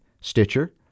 Stitcher